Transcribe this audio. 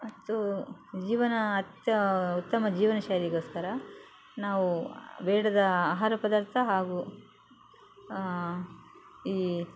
ಮತ್ತು ಜೀವನ ಅತ್ಯ ಉತ್ತಮ ಜೀವನ ಶೈಲಿಗೋಸ್ಕರ ನಾವು ಬೇಡದ ಆಹಾರ ಪದಾರ್ಥ ಹಾಗು ಈ